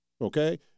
Okay